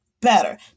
better